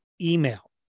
email